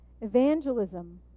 Evangelism